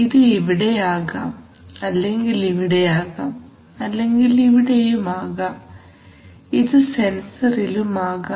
ഇത് ഇവിടെ ആകാം അല്ലെങ്കിൽ ഇവിടെ ആകാം അല്ലെങ്കിൽ ഇവിടെയും ആകാം ഇത് സെൻസറിലും ആകാം